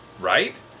right